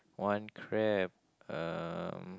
one crab um